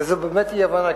וזאת באמת אי-הבנה,